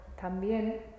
también